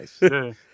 nice